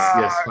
yes